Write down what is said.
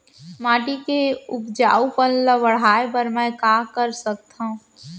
माटी के उपजाऊपन ल बढ़ाय बर मैं का कर सकथव?